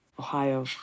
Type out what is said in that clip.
Ohio